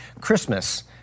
Christmas